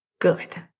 good